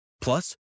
Plus